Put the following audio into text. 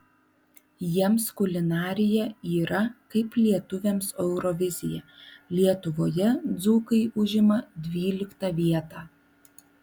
jiems kulinarija yra kaip lietuviams eurovizija lietuvoje dzūkai užima dvyliktą vietą